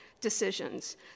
decisions